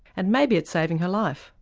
and maybe it's saving her life.